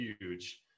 huge